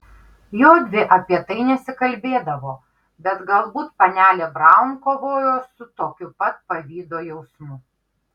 jodvi apie tai nesikalbėdavo bet galbūt panelė braun kovojo su tokiu pat pavydo jausmu